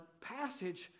passage